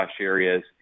areas